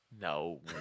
No